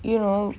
you know